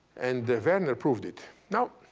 and werner proved it. now,